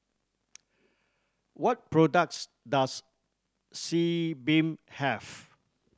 what products does Sebamed have